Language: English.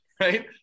right